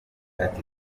ati